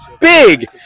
big